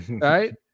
right